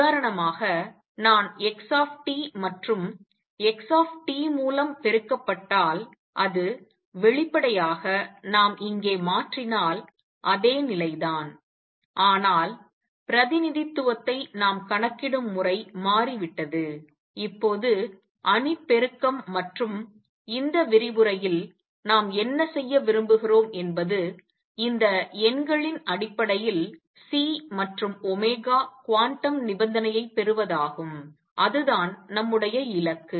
உதாரணமாக நான் x மற்றும் x மூலம் பெருக்கப்பட்டால் அது வெளிப்படையாக நாம் இங்கே மாற்றினால் அதே நிலைதான் ஆனால் பிரதிநிதித்துவத்தை நாம் கணக்கிடும் முறை மாறிவிட்டது இப்போது அணி பெருக்கம் மற்றும் இந்த விரிவுரையில் நாம் என்ன செய்ய விரும்புகிறோம் என்பது இந்த எண்களின் அடிப்படையில் C மற்றும் குவாண்டம் நிபந்தனையைப் பெறுவதாகும் அதுதான் நம்முடைய இலக்கு